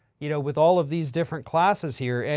you know, with all of these different classes here.